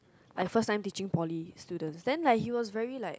I first time teaching poly student then like he was really like